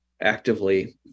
actively